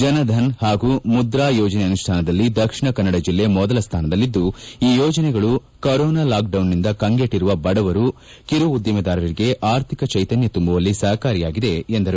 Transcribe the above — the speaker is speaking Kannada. ಜನಧನ್ ಪಾಗೂ ಮುದ್ರಾ ಯೋಜನೆ ಅನುಷ್ಠಾನದಲ್ಲಿ ದಕ್ಷಿಣ ಕನ್ನಡ ಜಿಲ್ಲೆ ಮೊದಲ ಸ್ಟಾನದಲ್ಲಿದ್ದು ಈ ಯೋಜನೆಗಳು ಕೊರೋನ ಲಾಕ್ಡೌನ್ನಿಂದ ಕಂಗೆಟ್ಟರುವ ಬಡವರು ಕಿರು ಉದ್ದಿಮೆದಾರರಿಗೆ ಆರ್ಥಿಕ ಜೈತನ್ನ ತುಂಬುವಲ್ಲಿ ಸಹಕಾರಿಯಾಗಿದೆ ಎಂದರು